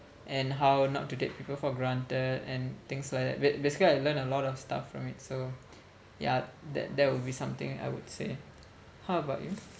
and how not to take people for granted and things like that ba~ basically I learn a lot of stuff from it so yeah that that would be something I would say how about you